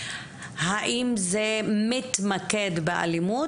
האם זה מתמקד באלימות,